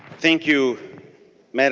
thank you mme. and